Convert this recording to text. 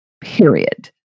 period